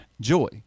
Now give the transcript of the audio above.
joy